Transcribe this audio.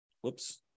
whoops